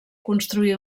construir